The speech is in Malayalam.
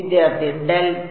വിദ്യാർത്ഥി ഡെൽറ്റ